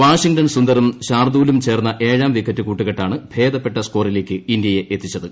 Washington സുന്ദറും ശാർദ്ദൂലും ചേർന്ന ഏഴാം വിക്കറ്റ് കൂട്ടുകെട്ടാണ് ഭേദപ്പെട്ട സ്കോറിലേക്ക് ഇന്ത്യയെ എത്തിച്ചത്